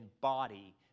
body